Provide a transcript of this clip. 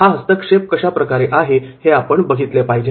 हा हस्तक्षेप कशाप्रकारे आहे हे आपण बघितले पाहिजे